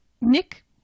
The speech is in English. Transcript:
Nick